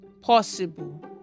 possible